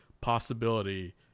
possibility